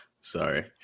sorry